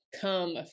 come